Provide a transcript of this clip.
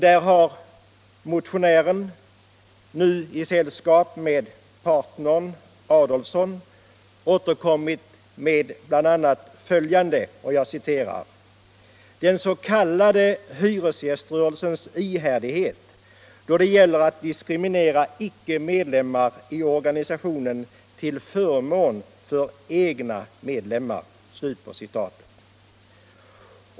Där har motionären, nu i sällskap med partikamraten herr Adolfsson, skrivit bl.a. om ”den s.k. hyresgäströrelsens ihärdighet då det gäller att diskriminera icke-medlemmar i organisationen till förmån för sina egna medlemmar”.